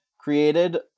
created